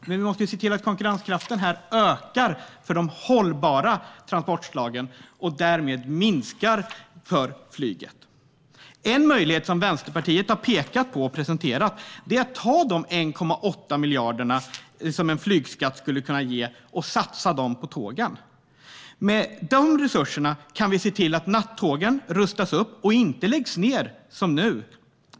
Men vi måste se till att konkurrenskraften ökar för de hållbara transportslagen och därmed minskar för flyget. En möjlighet som Vänsterpartiet har pekat på och presenterat är att man ska ta de 1,8 miljarder som en flygskatt skulle kunna ge och satsa dem på tågen. Med de resurserna kan vi se till att nattågen rustas upp och inte läggs ned, som nu.